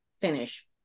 finish